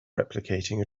replicating